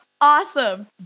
awesome